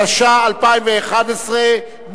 התשע"א 2011,